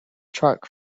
truck